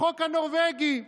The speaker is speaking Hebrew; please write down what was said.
החוק הנורבגי.